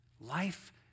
Life